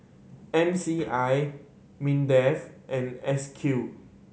M C I MINDEF and S Q